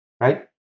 right